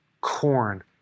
corn